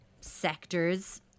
sectors